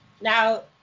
Now